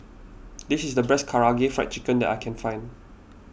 this is the best Karaage Fried Chicken that I can find